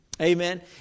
Amen